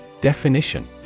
Definition